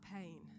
pain